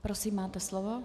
Prosím, máte slovo.